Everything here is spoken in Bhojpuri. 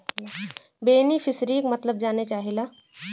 बेनिफिसरीक मतलब जाने चाहीला?